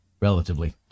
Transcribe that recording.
relatively